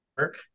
work